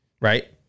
Right